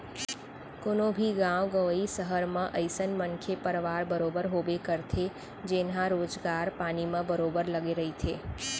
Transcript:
कोनो भी गाँव गंवई, सहर म अइसन मनखे परवार बरोबर होबे करथे जेनहा रोजगार पानी म बरोबर लगे रहिथे